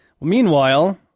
Meanwhile